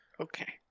Okay